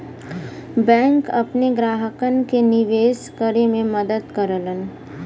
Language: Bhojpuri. बैंक अपने ग्राहकन के निवेश करे में मदद करलन